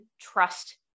trust